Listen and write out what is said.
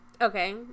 Okay